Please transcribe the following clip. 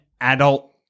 adult